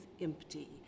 empty